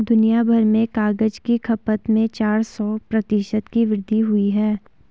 दुनियाभर में कागज की खपत में चार सौ प्रतिशत की वृद्धि हुई है